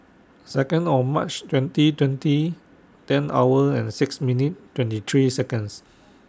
Second O March twenty twenty ten hour and six minutes twenty three Seconds